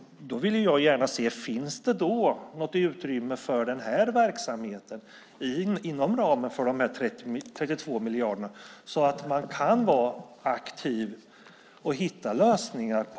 Då vill jag gärna se om det finns ett utrymme för den här verksamheten inom ramen för de 32 miljarderna så att det går att vara aktiv och hitta lösningar.